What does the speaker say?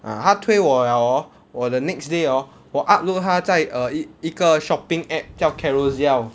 ah 他推我 liao hor 我的 next day hor 我 upload 他在 err 一一个 shopping app 叫 Carousell